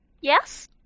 Yes